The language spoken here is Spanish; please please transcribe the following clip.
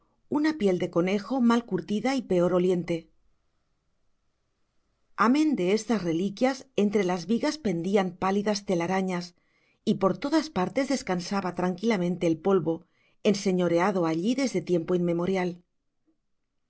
una piel de conejo mal curtida y peor oliente amén de estas reliquias entre las vigas pendían pálidas telarañas y por todas partes descansaba tranquilamente el polvo enseñoreado allí desde tiempo inmemorial